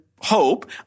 hope